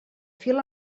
fil